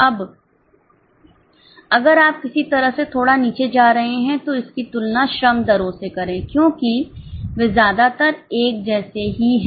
अब अगर आप किसी तरह से थोड़ा नीचे जा रहे हैं तो इसकी तुलना श्रम दरों से करें क्योंकि वेज्यादातर एक जैसे ही हैं